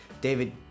David